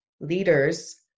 Leaders